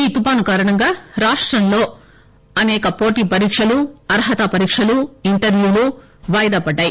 ఈ తుఫాను కారణంగా రాష్టంలో అనేక పోటీపరీక్షలు అర్తత పరీక్షలు ఇంటర్ప్యూలు వాయిదా పడ్డాయి